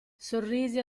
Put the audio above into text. sorrise